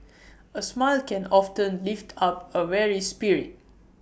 A smile can often lift up A weary spirit